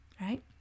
right